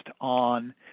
on